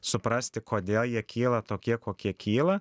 suprasti kodėl jie kyla tokie kokie kyla